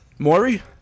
Maury